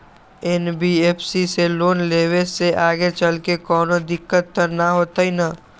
NBFC से loan लेबे से आगेचलके कौनो दिक्कत त न होतई न?